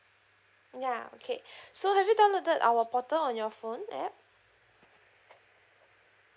ya okay so have you downloaded our portal on your phone app